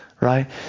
right